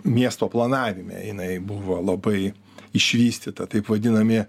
miesto planavime jinai buvo labai išvystyta taip vadinami